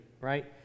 right